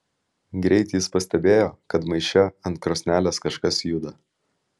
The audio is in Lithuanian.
greit jis pastebėjo kad maiše ant krosnelės kažkas juda